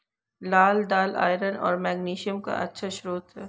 लाल दालआयरन और मैग्नीशियम का अच्छा स्रोत है